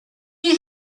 you